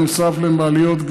נוסף למעליות,